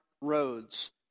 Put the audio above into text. roads